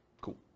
Cool